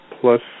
plus